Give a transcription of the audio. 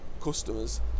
customers